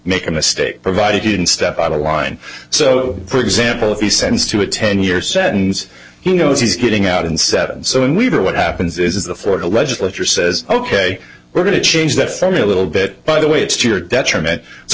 make a mistake provided he didn't step out of line so for example if he sends to a ten year sentence he knows he's getting out in seven so when we are what happens is the florida legislature says ok we're going to change that phony a little bit by the way it's to your detriment so